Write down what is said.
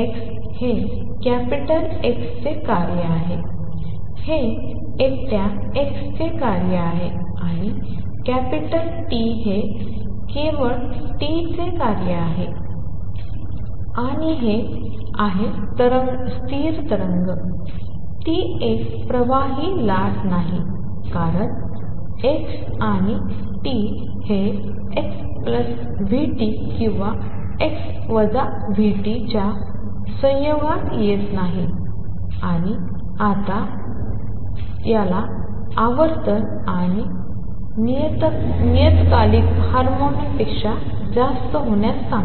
x हे capital X चे कार्य आहे हे एकट्या x चे कार्य आहे आणि कॅपिटल T हे केवळ t चे कार्य आहे आणि हे आहे स्थिर तरंग ती एक प्रवाहि लाट नाही कारण x आणि t हे xvt किंवा x vt च्या संयोगात येत नाहीत आणि आता T ला आवर्तक आणि नियतकालिक हार्मोनिकपेक्षा जास्त होण्यास सांगा